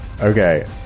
Okay